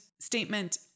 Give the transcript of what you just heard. statement